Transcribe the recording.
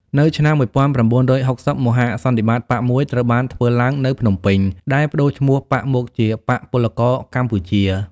នៅឆ្នាំ១៩៦០ មហាសន្និបាតបក្សមួយត្រូវបានធ្វើឡើងនៅភ្នំពេញ ដែលប្តូរឈ្មោះបក្សមកជា «បក្សពលករកម្ពុជា»។